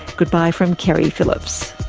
goodbye from keri phillips.